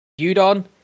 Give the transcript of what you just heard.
Yudon